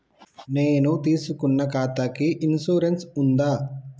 నేను తీసుకున్న ఖాతాకి ఇన్సూరెన్స్ ఉందా?